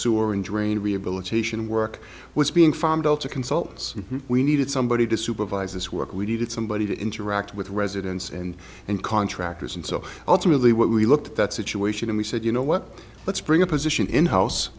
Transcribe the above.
sewer and drain rehabilitation work was being farmed out to consult and we needed somebody to supervise this work we needed somebody to interact with residents and and contractors and so ultimately what we looked at that situation and we said you know what let's bring a position in house